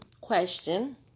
question